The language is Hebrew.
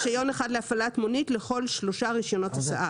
רישיונות להפעלת מונית באגרה מופחתת למספר רישיונות נסיעה